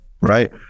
right